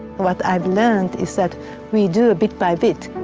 what i've learnt is that we do bit by bit.